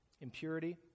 impurity